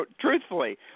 Truthfully